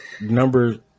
number